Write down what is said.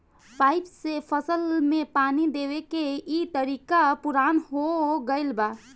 pipe से फसल में पानी देवे के इ तरीका पुरान हो गईल बा